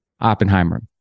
Oppenheimer